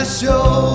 show